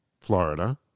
Florida